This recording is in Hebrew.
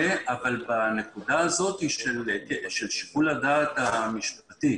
אבל בנקודה הזאת של שיקול הדעת המשפטי